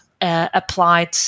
applied